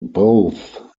both